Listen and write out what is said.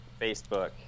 Facebook